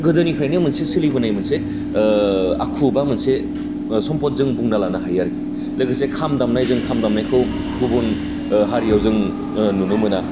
गोदोनिफ्राइनो मोनसे सोलिबोनाय मोनसे बा मोनसे सम्पद जों बुंना लानो हायो आरोखि लोगोसे खाम दामनाय जों खाम दामनायखौ गुबुन हारियाव जों नुनो मोना